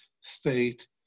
state